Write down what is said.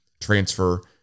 Transfer